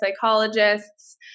psychologists